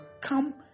come